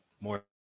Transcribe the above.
more